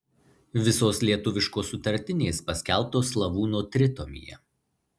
visos lietuviškos sutartinės paskelbtos slavūno tritomyje